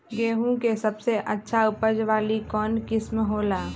गेंहू के सबसे अच्छा उपज वाली कौन किस्म हो ला?